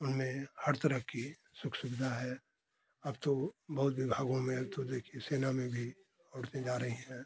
उनमें हर तरह की सुख सुविधा है अब तो बहुत विभागों में अब तो देखिए सेना में भी उड़ते जा रही हैं